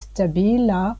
stabila